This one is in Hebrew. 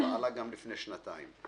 ועלה גם לפני שנתיים.